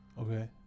Okay